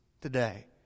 today